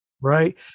Right